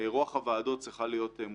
הוועדות צריכה להיות מותאמת.